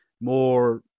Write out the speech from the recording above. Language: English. more